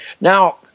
Now